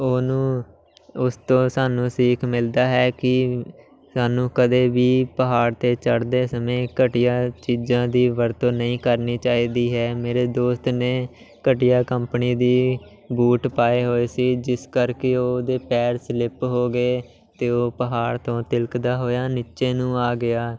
ਉਹਨੂੰ ਉਸ ਤੋਂ ਸਾਨੂੰ ਸੀਖ ਮਿਲਦਾ ਹੈ ਕਿ ਸਾਨੂੰ ਕਦੇ ਵੀ ਪਹਾੜ 'ਤੇ ਚੜ੍ਹਦੇ ਸਮੇਂ ਘਟੀਆ ਚੀਜ਼ਾਂ ਦੀ ਵਰਤੋਂ ਨਹੀਂ ਕਰਨੀ ਚਾਹੀਦੀ ਹੈ ਮੇਰੇ ਦੋਸਤ ਨੇ ਘਟੀਆ ਕੰਪਨੀ ਦੇ ਬੂਟ ਪਾਏ ਹੋਏ ਸੀ ਜਿਸ ਕਰਕੇ ਉਹਦੇ ਪੈਰ ਸਲਿਪ ਹੋ ਗਏ ਅਤੇ ਉਹ ਪਹਾੜ ਤੋਂ ਤਿਲਕਦਾ ਹੋਇਆ ਨੀਚੇ ਨੂੰ ਆ ਗਿਆ